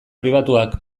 pribatuak